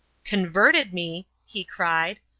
converted me! he cried.